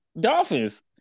Dolphins